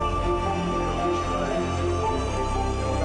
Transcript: גם כן נתיבי ישראל שמו גבולות לכביש